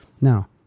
Now